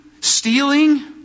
stealing